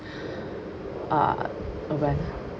uh oh when